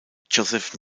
joseph